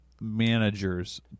managers